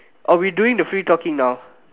oh we doing the free talking now